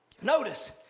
Notice